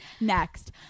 next